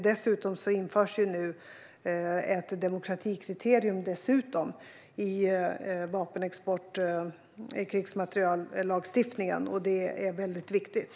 Dessutom införs nu ett demokratikriterium i krigsmateriellagstiftningen. Det är mycket viktigt.